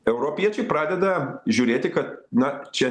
europiečiai pradeda žiūrėti kad na čia